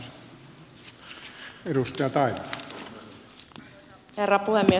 hyvät kollegat